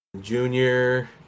Junior